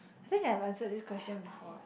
I think I have answered this question before eh